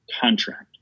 contract